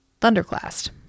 Thunderclast